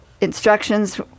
instructions